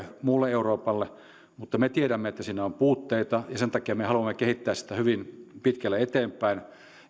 muulle euroopalle mutta me tiedämme että siinä on puutteita ja sen takia me me haluamme kehittää sitä hyvin pitkälle eteenpäin